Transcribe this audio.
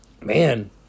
Man